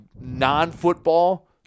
non-football